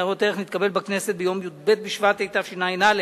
לניירות ערך נתקבל בכנסת ביום י"ב בשבט התשע"א,